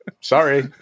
Sorry